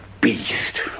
beast